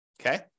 okay